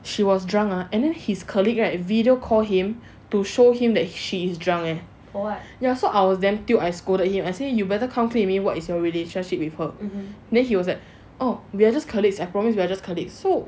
she was drunk ah and then his colleague right video call him to show him that she is drunk leh yah I was damn tilt so I scolded him you better come clean with me what is your relationship with her then he was like oh we are just colleagues I promise we are just colleague so